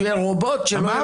שהוא יהיה רובוט,